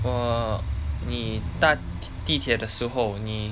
我你搭地铁的时候你